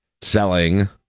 selling